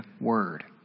word